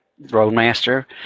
Roadmaster